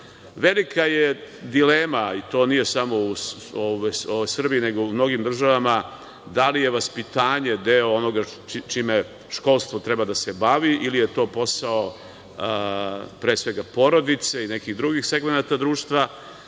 je dilema, i to nije samo u Srbiji već i u drugim državama, da li je vaspitanje deo onoga čime školstvo treba da se bavi ili je to posao, pre svega, porodice i nekih drugih segmenata društva